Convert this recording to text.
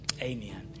Amen